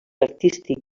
artístic